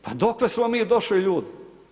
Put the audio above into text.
Pa dokle smo mi došli ljudi?